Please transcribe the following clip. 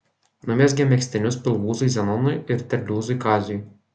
numezgė megztinius pilvūzui zenonui ir terliūzui kaziui